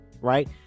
Right